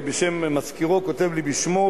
מזכירו כותב לי בשמו,